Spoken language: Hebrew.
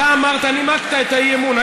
אתה נימקת את האי-אמון.